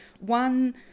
One